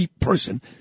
person